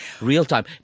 real-time